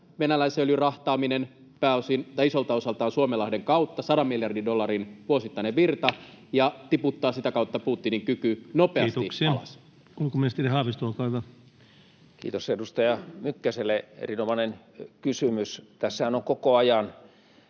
venäläisen öljyn rahtaaminen isolta osaltaan Suomenlahden kautta — sadan miljardin dollarin vuosittainen virta — ja tiputtaa sitä kautta Putinin kyky nopeasti alas. Kiitoksia. — Ulkoministeri Haavisto, olkaa hyvä. Kiitos edustaja Mykkäselle, erinomainen kysymys. Tässähän on koko ajan